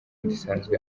isanzwe